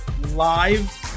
live